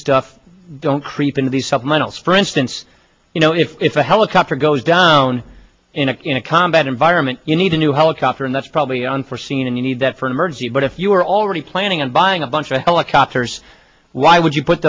stuff don't creep into the supplemental for instance you know if a helicopter goes down in a in a combat environment you need a new helicopter and that's probably unforseen and you need that for an emergency but if you are already planning on buying a bunch of helicopters why would you put